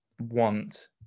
want